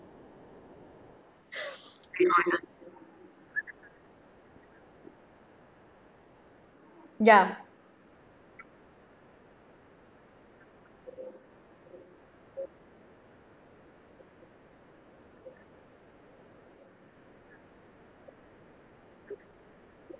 ya